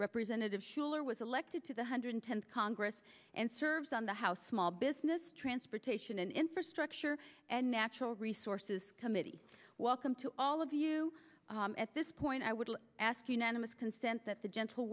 representative shuler was elected to the hundred tenth congress and serves on the house small business transportation and infrastructure and natural resources committee welcome to all of you at this point i would ask unanimous consent that the gentle